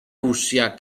russia